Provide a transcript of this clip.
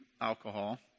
alcohol